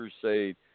crusade